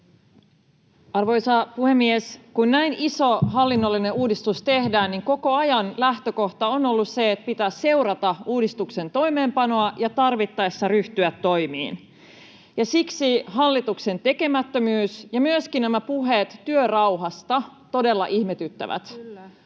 Arvoisa puhemies! Kun näin iso hallinnollinen uudistus tehdään, niin koko ajan lähtökohta on ollut se, että pitää seurata uudistuksen toimeenpanoa ja tarvittaessa ryhtyä toimiin. Siksi hallituksen tekemättömyys ja myöskin nämä puheet työrauhasta todella ihmetyttävät.